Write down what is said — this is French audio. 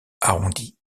arrondi